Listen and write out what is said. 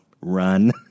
run